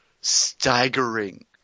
staggering